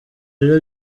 rero